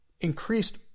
increased